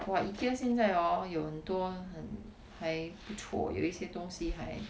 !wah! IKEA 现在 hor 有很多很还不错有一些东西还